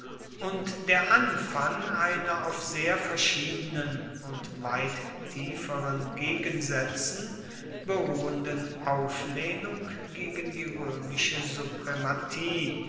und der anfang einer auf sehr verschiedenen und weit tieferen gegensätzen beruhenden auflehnung gegen die römische suprematie